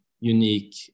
unique